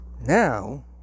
Now